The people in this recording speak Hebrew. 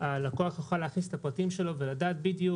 הלקוח יוכל להכניס את הפרטים שלו ולדעת בדיוק